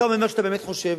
אתה אומר מה שאתה באמת חושב,